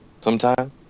sometime